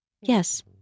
Yes